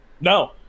No